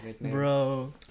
bro